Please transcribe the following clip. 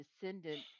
descendant